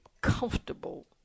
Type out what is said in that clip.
comfortable